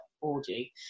orgy